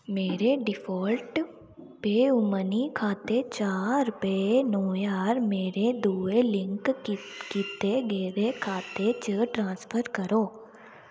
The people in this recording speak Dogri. मेरे डिफाल्ट पेऽ मनी खाते चा रपेऽ नौ ज्हार मेरे दुए लिंक की कीते गेदे खाते च ट्रांसफर करो